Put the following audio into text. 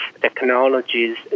technologies